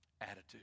attitude